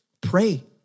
Pray